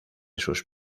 sus